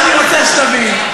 רוצה שאתה תמתין.